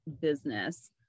business